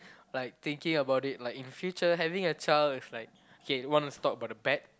like thinking about it like in future having a child is like K want us to talk about the bad